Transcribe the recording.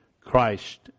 Christ